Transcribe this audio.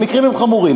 המקרים הם חמורים.